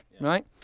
Right